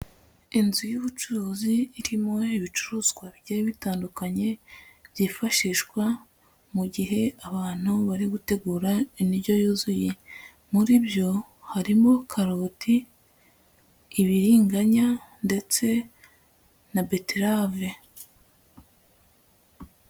Inzu y'ubucuruzi irimo ibicuruzwa bigiye bitandukanye byifashishwa mu gihe abantu bari gutegura indyo yuzuye, muri byo harimo karoti, ibiriganya ndetse na beterave.